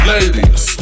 Ladies